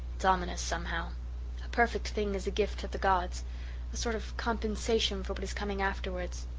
it's ominous somehow. a perfect thing is a gift of the gods a sort of compensation for what is coming afterwards.